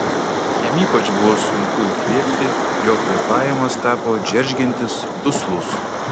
jam ypač buvo sunku įkvėpti jo kvėpavimas tapo džeržgiantis duslus